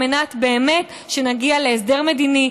על מנת שנגיע להסדר מדיני,